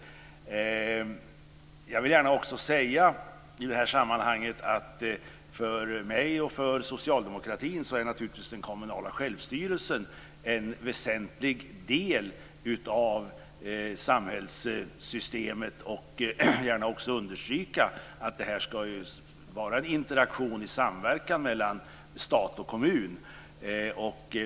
I det här sammanhanget vill jag också gärna säga att för mig och för socialdemokratin är den kommunala självstyrelsen naturligtvis en väsentlig del av samhällssystemet. Jag kan även gärna understryka att här ska vara en interaktion i samverkan mellan stat och kommun.